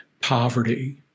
poverty